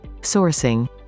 Sourcing